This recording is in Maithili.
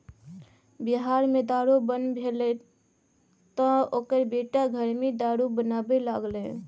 बिहार मे दारू बन्न भेलै तँ ओकर बेटा घरेमे दारू बनाबै लागलै